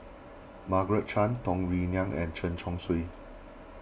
Margaret Chan Tung Yue Nang and Chen Chong Swee